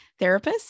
therapists